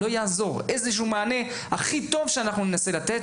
לא יעזור המענה הכי טוב שאנחנו ננסה לתת